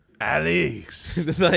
Alex